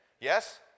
Yes